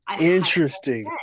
Interesting